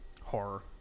Horror